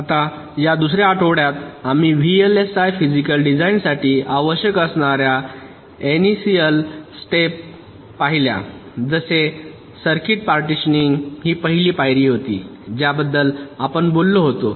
आता या दुसर्या आठवड्यात आम्ही VLSI फिजिकल डिझाइनसाठी आवश्यक असणा एनिसिअल स्टेप पाहिल्या जसे सर्किट पार्टीशनिंग ही पहिली पायरी होती ज्याबद्दल आपण बोललो होतो